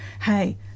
hey